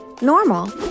Normal